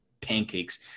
pancakes